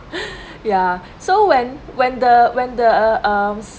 ya so when when the when the uh um